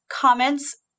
comments